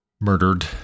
murdered